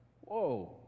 Whoa